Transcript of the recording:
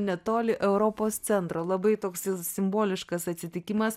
netoli europos centro labai toks simboliškas atsitikimas